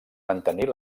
mantenir